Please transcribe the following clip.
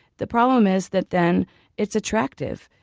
the problem is that then it's attractive.